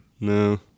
No